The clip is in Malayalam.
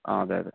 ആ അതെ അതെ